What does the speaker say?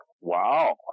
Wow